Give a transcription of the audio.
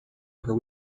per